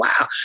wow